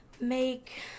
make